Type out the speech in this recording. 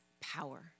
power